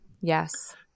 Yes